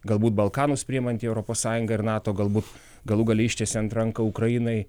galbūt balkanuose priimanti europos sąjunga ir nato galbūt galų gale ištiesiant ranką ukrainai